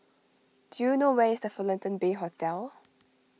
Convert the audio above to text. do you know where is the Fullerton Bay Hotel